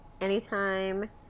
Anytime